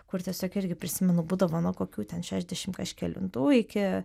kur tiesiog irgi prisimenu būdavo nuo kokių ten šešdešim kažkelintų iki